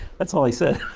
that's all he said.